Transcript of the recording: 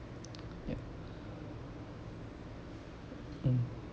yup mm